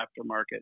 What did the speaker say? aftermarket